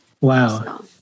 Wow